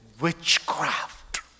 witchcraft